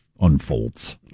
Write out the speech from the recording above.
unfolds